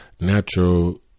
natural